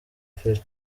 feri